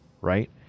right